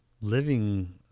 living